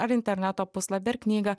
ar interneto puslapį ar knygą